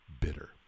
bitter